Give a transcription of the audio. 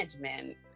management